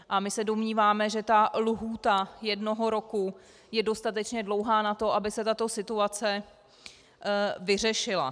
A my se domníváme, že ta lhůta jednoho roku je dostatečně dlouhá na to, aby se tato situace vyřešila.